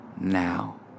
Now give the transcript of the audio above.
now